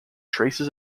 traces